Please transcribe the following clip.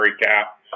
cap